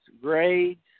grades